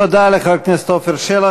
תודה לחבר הכנסת עפר שלח.